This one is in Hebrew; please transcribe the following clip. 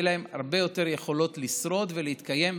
להם הרבה יותר יכולות לשרוד ולהתקיים,